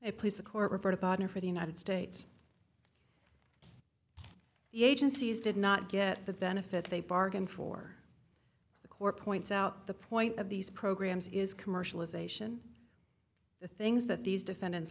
i place a court reporter partner for the united states the agencies did not get the benefits they bargained for the corps points out the point of these programs is commercialization the things that these defendants